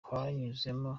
twanyuzemo